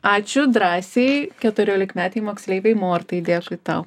ačiū drąsiai keturiolikmetei moksleivei mortai dėkui tau